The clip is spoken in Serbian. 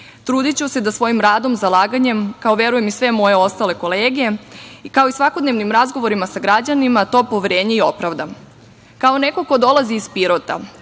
Trudiću se da svojim radom, zalaganjem, kao, verujem, i sve ostale moje kolege, kao i svakodnevnim razgovorima sa građanima, to poverenje i opravdam. Kao neko ko dolazi iz Pirota,